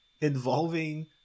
involving